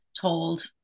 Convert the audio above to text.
told